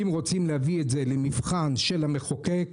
אם רוצים להביא את זה למבחן של המחוקק,